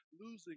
losing